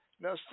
Now